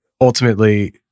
ultimately